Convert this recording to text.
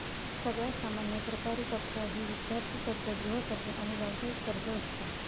सगळ्यात सामान्य सरकारी कर्जा ही विद्यार्थी कर्ज, गृहकर्ज, आणि व्यावसायिक कर्ज असता